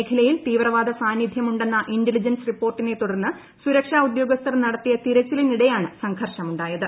മേഖലയിൽ തീവ്രവാദ സാന്നിധൃമുണ്ടെന്ന ഇന്റലിജൻസ് റിപ്പോർട്ടിനെ തുടർന്ന് സുരക്ഷാ ഉദ്യോഗസ്ഥർ നടത്തിയ തിരച്ചിലിപ്പിട്ടെയാണ് സംഘർഷം ഉണ്ടായത്